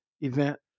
event